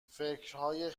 فکرهای